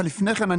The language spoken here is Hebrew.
לפני כן,